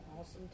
awesome